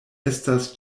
estas